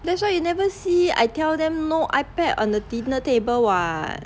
that's why you never see I tell them no ipad on the dinner table [what]